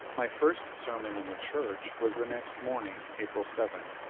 my first sermon in a church was the next morning, april seven,